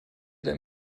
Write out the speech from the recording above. der